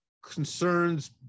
concerns